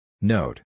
Note